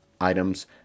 items